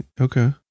Okay